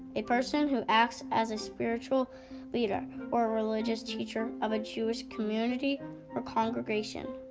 a person who acts as a spiritual leader or a religious teacher of a jewish community or congregation.